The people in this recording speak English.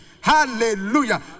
Hallelujah